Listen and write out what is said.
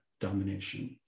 domination